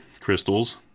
crystals